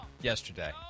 yesterday